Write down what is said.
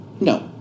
No